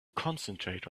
concentrate